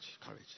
courage